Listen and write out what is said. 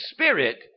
Spirit